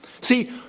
See